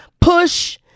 PUSH